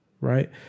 right